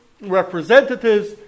Representatives